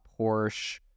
Porsche